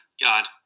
God